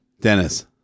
Dennis